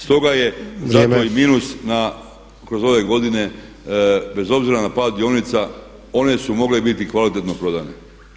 Stoga je zato i minus kroz ove godine, bez obzira na pad dionica one su mogle biti kvalitetno prodane.